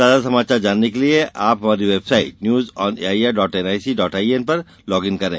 ताजा समाचार जानने के लिए आप हमारी website news on A I R dot N I C dot I N पर लॉग इन करें